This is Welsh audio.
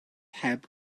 heb